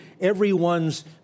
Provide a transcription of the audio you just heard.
everyone's